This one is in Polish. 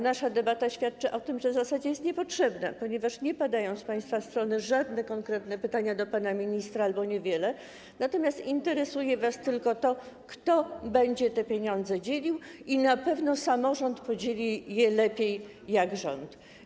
Nasza debata świadczy o tym, że w zasadzie jest niepotrzebna, ponieważ nie padają z państwa strony żadne konkretne pytania do pana ministra albo jest ich niewiele, natomiast interesuje was tylko to, kto będzie te pieniądze dzielił, i twierdzicie, że na pewno samorząd podzieli je lepiej niż rząd.